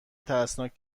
ترسناک